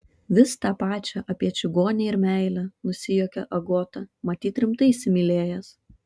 vis tą pačią apie čigonę ir meilę nusijuokė agota matyt rimtai įsimylėjęs